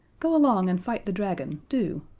go along and fight the dragon, do,